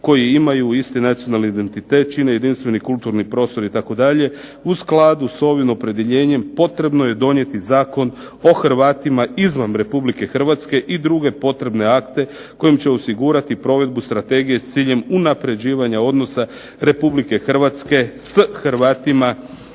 koji imaju isti nacionalni identitet, čine jedinstveni kulturni prostor itd., u skladu s ovim opredjeljenjem potrebno je donijeti Zakon o Hrvatima izvan Republike Hrvatske i druge potrebne akte kojim će osigurati provedbu strategije s ciljem unapređivanja odnosa Republike Hrvatske s Hrvatima